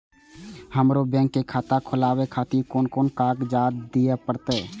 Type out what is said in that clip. हमरो बैंक के खाता खोलाबे खातिर कोन कोन कागजात दीये परतें?